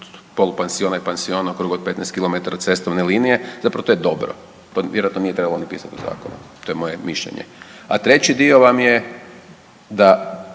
polupansiona i pansiona u krugu od 15 km cestovne linije, zapravo to je dobro, to vjerojatno nije trebalo ni pisat u zakonu, to je moje mišljenje. A treći dio vam je da